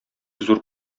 зур